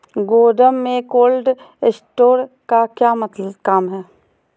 गोडम में cold storage का क्या काम है?